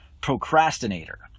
procrastinator